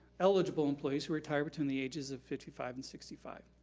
eligible employees who retire between the ages of fifty five and sixty five,